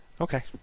Okay